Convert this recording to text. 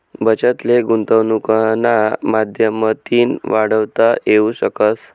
बचत ले गुंतवनुकना माध्यमतीन वाढवता येवू शकस